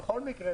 בכל מקרה,